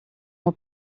uma